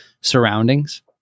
surroundings